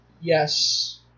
Yes